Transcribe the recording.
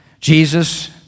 Jesus